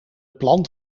plant